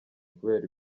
kubera